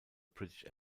british